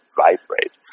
vibrate